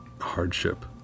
hardship